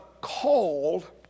called